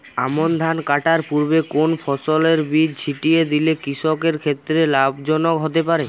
আমন ধান কাটার পূর্বে কোন ফসলের বীজ ছিটিয়ে দিলে কৃষকের ক্ষেত্রে লাভজনক হতে পারে?